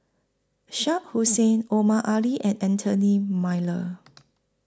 Shah Hussain Omar Ali and Anthony Miller